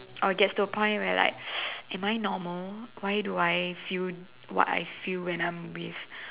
or gets to a point where like am I normal why do I feel what I feel when I'm with